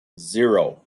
zero